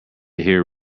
hear